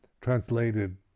translated